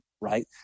right